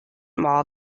mall